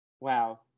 Wow